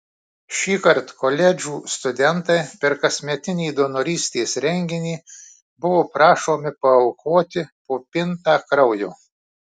šįkart koledžų studentai per kasmetinį donorystės renginį buvo prašomi paaukoti po pintą kraujo